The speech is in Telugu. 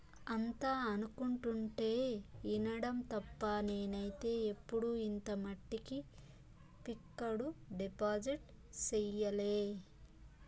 అంతా అనుకుంటుంటే ఇనడం తప్ప నేనైతే ఎప్పుడు ఇంత మట్టికి ఫిక్కడు డిపాజిట్ సెయ్యలే